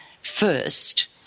first